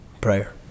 Prayer